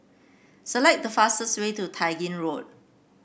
select the fastest way to Tai Gin Road